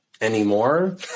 anymore